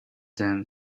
them